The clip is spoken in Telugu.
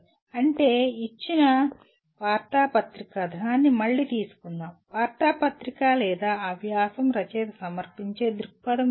అంటే ఇచ్చిన వార్తాపత్రిక కథనాన్ని మళ్ళీ తీసుకుందాం వార్తాపత్రిక లేదా ఆ వ్యాసం రచయిత సమర్పించే దృక్పథం ఏమిటి